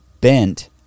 Bent